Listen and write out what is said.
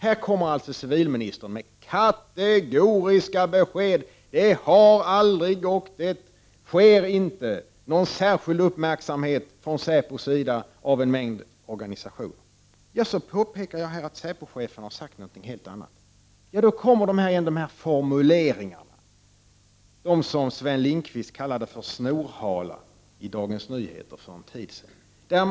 Här kommer alltså civilministern med kategoriska be sked om att det aldrig har och att det inte kommer att bli fråga om någon särskild uppmärksamhet från säpos sida när det gäller en mängd organisationer! Men då påpekar jag att säpochefen har sagt något helt annat. Då kommer dessa formuleringar — de som Sven Lindkvist i Dagens Nyheter kallade för snorhala.